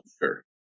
sure